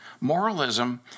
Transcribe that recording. Moralism